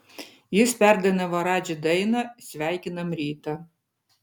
jis perdainavo radži dainą sveikinam rytą